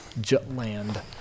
Jutland